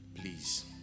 please